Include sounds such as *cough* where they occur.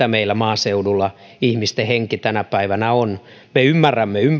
*unintelligible* meillä maaseudulla ihmisten henki tänä päivänä on me ymmärrämme